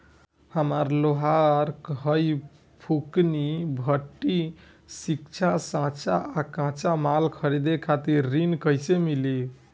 हम लोहार हईं फूंकनी भट्ठी सिंकचा सांचा आ कच्चा माल खरीदे खातिर ऋण कइसे मिली?